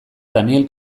daniel